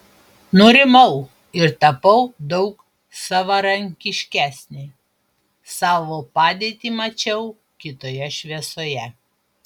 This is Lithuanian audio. nurimau ir tapau daug savarankiškesnė savo padėtį mačiau kitoje šviesoje